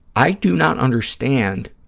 i do not understand